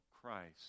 Christ